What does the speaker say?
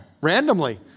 Randomly